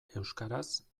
euskaraz